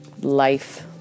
life